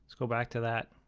go back to that.